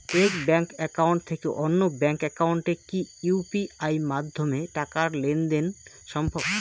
এক bank account থেকে অন্য ব্যাংক একাউন্টে কি ইউ.পি.আই মাধ্যমে টাকার লেনদেন দেন সম্ভব?